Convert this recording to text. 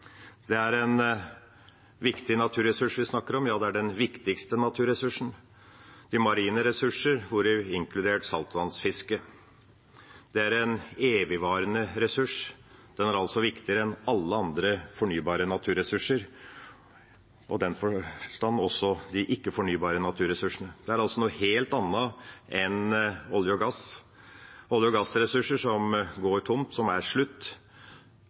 Det er en viktig naturressurs vi snakker om, ja det er den viktigste naturressursen. De marine ressurser, inkludert saltvannsfiske, er en evigvarende ressurs, og den er altså viktigere enn alle andre fornybare naturressurser og i den forstand også de ikke-fornybare naturressursene. Det er altså noe helt annet enn olje- og gassressurser, som det går tomt for, som tar slutt,